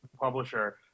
publisher